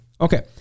Okay